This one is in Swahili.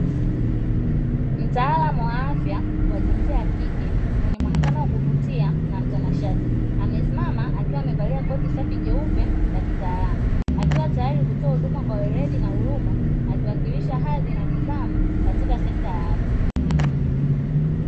Mtaalamu wa afya wa jinsia ya kike, mwenye muonekano wa kuvutia na mtanashati, amesimama akiwa amevalia koti safi jeupe la kitaalam, akiwa tayari kutoa huduma kwa weledi na huruma akiwakilisha hadhi na nidhamu katika sekta ya afya.